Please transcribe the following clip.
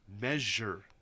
Measure